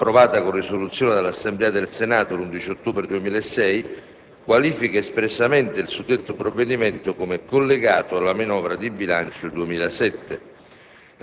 approvata con risoluzione dall'Assemblea del Senato l'11 ottobre 2006, qualifica espressamente il suddetto provvedimento come "collegato" alla manovra di bilancio 2007.